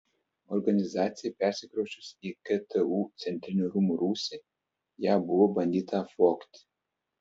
organizacijai persikrausčius į ktu centrinių rūmų rūsį ją buvo bandyta apvogti